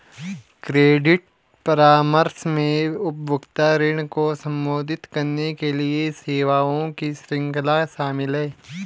credit परामर्श में उपभोक्ता ऋण को संबोधित करने के लिए सेवाओं की श्रृंखला शामिल है